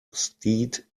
steed